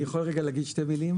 אני יכול להגיד שני מילים?